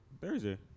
Thursday